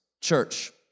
Church